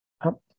Up